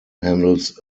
handles